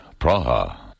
Praha